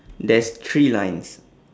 there's three lines